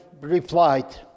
replied